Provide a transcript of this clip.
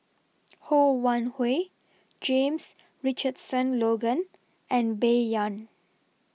Ho Wan Hui James Richardson Logan and Bai Yan